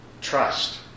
trust